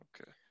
Okay